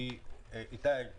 גדולות מאוד,